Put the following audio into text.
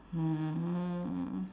um